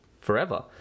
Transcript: forever